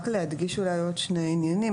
רק להדגיש אולי עוד שני עניינים,